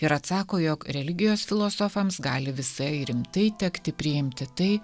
ir atsako jog religijos filosofams gali visai rimtai tekti priimti tai